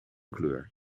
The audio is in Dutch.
kleur